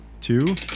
two